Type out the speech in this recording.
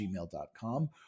gmail.com